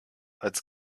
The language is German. als